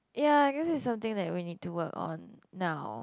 ya I guess it's something that we need to work on now